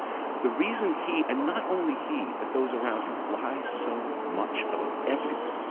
the reason he and not only he but those around him lie so much about everything,